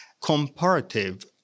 comparative